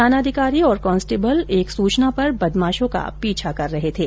थानाधिकारी और कांस्टेबल एक सुचना पर बदमाशों का पीछा कर रहे थे